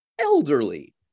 elderly